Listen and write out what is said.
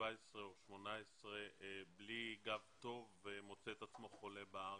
17 או 18 בלי גב טוב ומוצא את עצמו חולה בארץ.